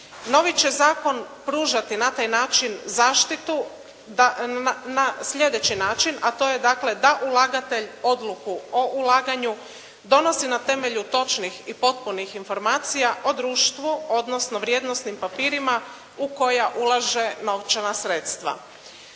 Novi će zakon pružati na taj način zaštitu da, na sljedeći način, a to je dakle da ulagatelj odluku o ulaganju donosi na temelju točnih i potpunih informacija o društvu odnosno vrijednosnim papirima u koja ulaže novčana sredstva.